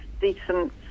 decent